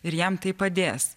ir jam tai padės